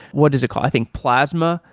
what is it called? i think plasma,